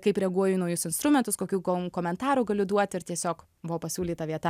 kaip reaguoju į naujus instrumentus kokių kom komentarų galiu duoti ir tiesiog buvo pasiūlyta vieta